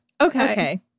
Okay